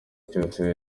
cyose